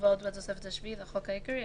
המובאות בתוספות הרביעית לחוק העיקרי,